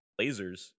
lasers